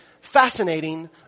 Fascinating